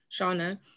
Shauna